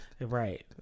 Right